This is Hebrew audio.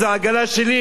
זה העגלה שלי,